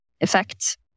effect